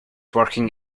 working